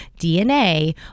DNA